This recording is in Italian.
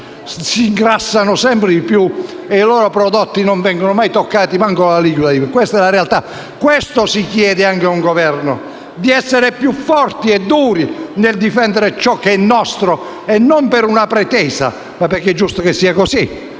si ingrassano sempre di più e i loro prodotti non vengono mai toccati, neanche dall'aliquota IVA. Questa è la realtà. E al Governo si chiede di essere più forti e duri nel difendere ciò che è nostro, e non per una pretesa, ma perché è giusto che sia così.